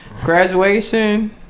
Graduation